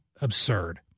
absurd